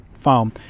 foam